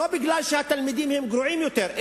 לא מפני שהתלמידים הם גרועים יותר,